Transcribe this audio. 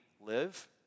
live